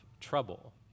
trouble